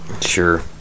Sure